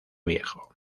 viejo